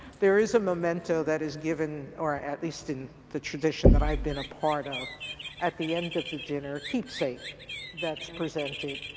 there is a memento that is given or at least in the tradition that i've been a part of at the end of the dinner, a keepsake that is presented.